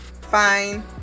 fine